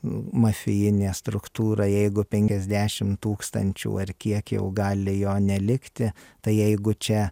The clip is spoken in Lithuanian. mafijinė struktūra jeigu penkiasdešim tūkstančių ar kiek jau gali jo nelikti tai jeigu čia